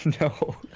no